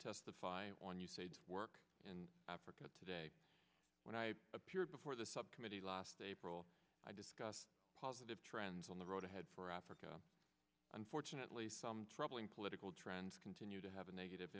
testify on you said work in africa today when i appeared before the subcommittee last april i discussed positive trends on the road ahead for africa unfortunately some troubling political trends continue to have a negative